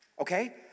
Okay